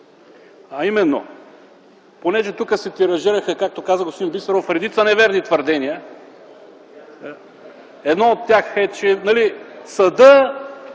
виновност. Тук се тиражираха, както каза господин Бисеров, редица неверни твърдения. Едно от тях е, че съдът